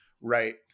Right